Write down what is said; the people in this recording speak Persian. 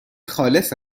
خالص